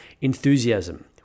enthusiasm